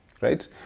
Right